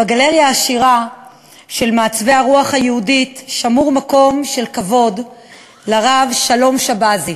בגלריה העשירה של מעצבי הרוח היהודית שמור מקום של כבוד לרב שלום שבזי,